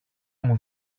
μου